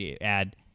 add